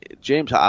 James